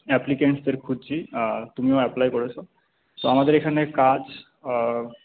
অ্যাপ্লিকেন্টসদের খুঁজছি তুমিও অ্যাপ্লাই করেছো তো আমাদের এখানে কাজ